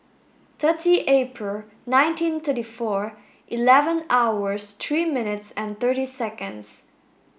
thirty April nineteen thirty four eleven hours three minutes and thirteen seconds